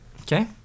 Okay